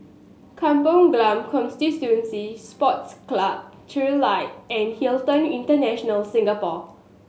Kampong Glam Constituency Sports Club Trilight and Hilton International Singapore